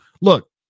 Look